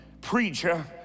preacher